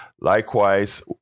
Likewise